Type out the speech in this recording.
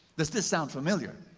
this this sound familiar?